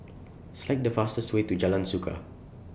Select The fastest Way to Jalan Suka